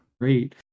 Great